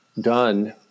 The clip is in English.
done